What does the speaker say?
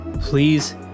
please